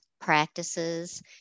practices